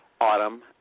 autumn